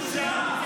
(תיקון,